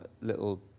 little